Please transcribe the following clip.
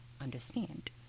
understand